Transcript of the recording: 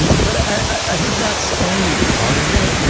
and but i think that's only part of it. yeah